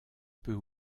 peut